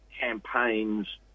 campaigns